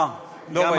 אה, לא ראיתי.